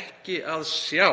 ekki er að sjá